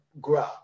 grow